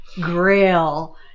Grail